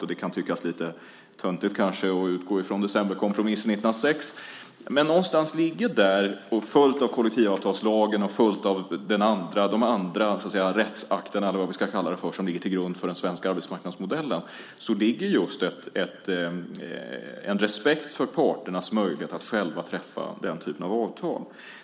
Det kan kanske tyckas lite töntigt att utgå från decemberkompromissen 1906, följt av kollektivavtalslagen och de andra rättsakterna, eller vad vi ska kalla dem, som ligger till grund för den svenska arbetsmarknadsmodellen. Där ligger just en respekt för parternas möjlighet att själva träffa den typen av avtal.